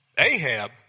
Ahab